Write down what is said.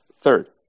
third